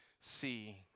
see